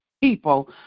people